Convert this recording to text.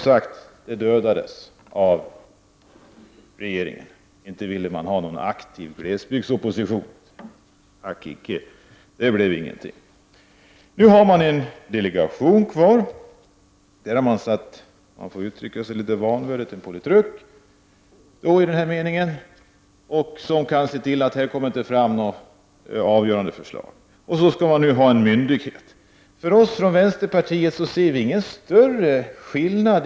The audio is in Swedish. Men det dödades av regeringen. Man ville inte ha någon aktiv glesbygdsopposition, så det blev ingenting. Nu har man en delegation där man — om jag får uttrycka mig litet vanvördigt — har satt en politruk i ledningen som kan se till att det inte kommer fram några avgörande förslag. Man skall också göra om glesbygdsdelegationen till en myndighet. För oss i vänsterpartiet innebär detta ingen större skillnad.